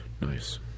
Nice